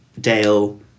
Dale